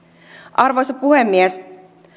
arvoisa puhemies